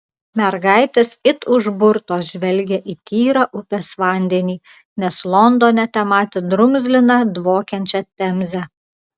mergaitės it užburtos žvelgė į tyrą upės vandenį nes londone tematė drumzliną dvokiančią temzę